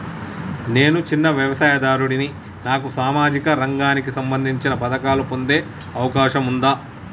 నేను చిన్న వ్యవసాయదారుడిని నాకు సామాజిక రంగానికి సంబంధించిన పథకాలు పొందే అవకాశం ఉందా?